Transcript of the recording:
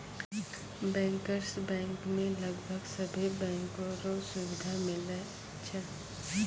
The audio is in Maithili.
बैंकर्स बैंक मे लगभग सभे बैंको रो सुविधा मिलै छै